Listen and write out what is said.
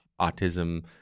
autism